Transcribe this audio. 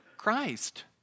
christ